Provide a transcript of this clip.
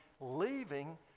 leaving